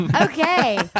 Okay